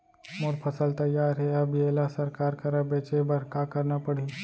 मोर फसल तैयार हे अब येला सरकार करा बेचे बर का करना पड़ही?